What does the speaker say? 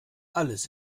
alles